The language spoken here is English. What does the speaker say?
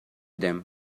them